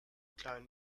klein